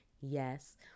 Yes